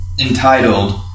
entitled